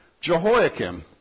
Jehoiakim